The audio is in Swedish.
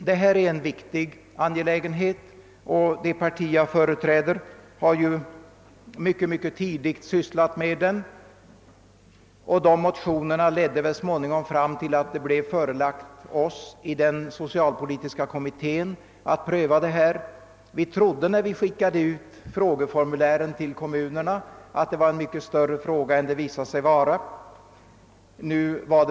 Detta är en viktig angelägenhet, och det parti som jag företräder har mycket tidigt sysslat med den. Motioner i frågan ledde så småningom fram till att socialpolitiska kommittén fick i upp drag att pröva den. När kommittén skickade ut frågeformulär till kommunerna trodde vi att frågan var mycket större än den sedan visade sig vara.